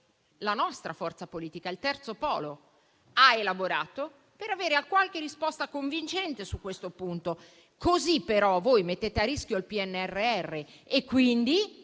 la nostra forza politica, il terzo polo, ha elaborato, per avere qualche risposta convincente su questo punto. Così, però, mettete a rischio il PNRR; quindi,